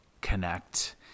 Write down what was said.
connect